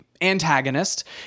antagonist